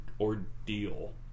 ordeal